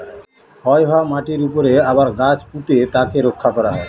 ক্ষয় হওয়া মাটিরর উপরে আবার গাছ পুঁতে তাকে রক্ষা করা হয়